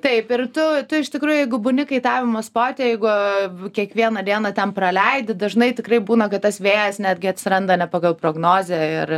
taip ir tu tu iš tikrųjų jeigu būni kaitavimo sporte jeigu kiekvieną dieną ten praleidi dažnai tikrai būna kad tas vėjas netgi atsiranda ne pagal prognozę ir